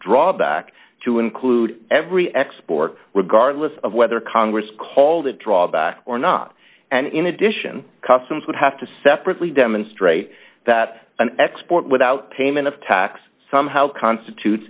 drawback to include every export regardless of whether congress called it draw back or not and in addition customs would have to separately demonstrate that an export without payment of tax somehow constitute